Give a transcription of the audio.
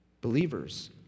believers